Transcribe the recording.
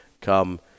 come